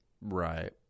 right